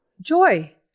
Joy